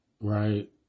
right